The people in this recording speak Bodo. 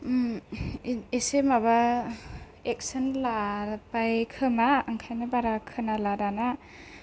एसे माबा एकसन लाबाय खोमा ओंखायनो बारा खोनाला दाना